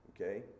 okay